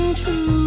true